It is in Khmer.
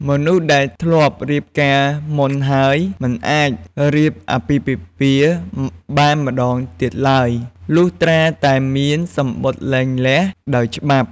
មនុស្សដែលធ្លាប់រៀបការមុនហើយ មិនអាចរៀបអាពាហ៍ពិពាហ៍បានម្តងទៀតឡើយ លុះត្រាតែមានសំបុត្រលែងលះដោយច្បាប់។